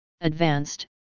advanced